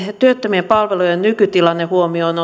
ja työttömien palvelujen nykytilanne huomioon